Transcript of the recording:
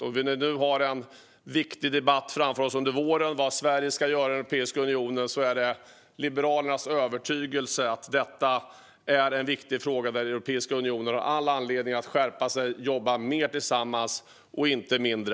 När vi nu har en viktig debatt framför oss under våren om vad Sverige ska göra i Europeiska unionen är det Liberalernas övertygelse att just detta är en viktig fråga där Europeiska unionen har all anledning att skärpa sig och jobba mer tillsammans, inte mindre.